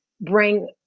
bring